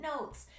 notes